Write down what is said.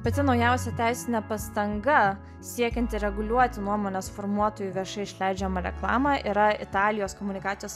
pati naujausia teisinė pastanga siekianti reguliuoti nuomonės formuotojų viešai išleidžiamą reklamą yra italijos komunikacijos